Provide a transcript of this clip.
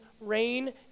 rain